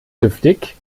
giftig